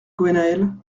gwennael